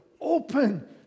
open